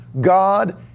God